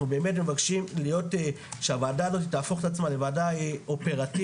אנחנו באמת מבקשים שהוועדה הזאת תהפוך את עצמה לוועדה אופרטיבית,